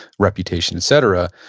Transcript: reputation, et cetera.